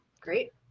Great